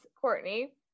Courtney